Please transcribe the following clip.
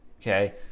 Okay